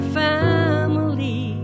family